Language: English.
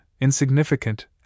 insignificant